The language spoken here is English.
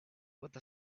with